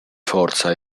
forza